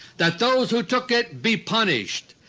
that those who took it be punished,